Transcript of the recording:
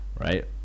right